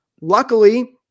Luckily